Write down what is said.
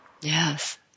Yes